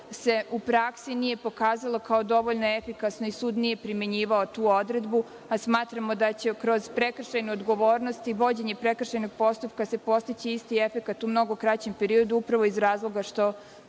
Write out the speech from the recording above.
se u praksi nije pokazalo kao dovoljno efikasno i sud nije primenjivao tu odredbu, a smatramo da će kroz prekršajnu odgovornost i vođenje prekršajnog postupka se postići isti efekat u mnogo kraćem periodu, upravo iz razloga što